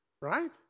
right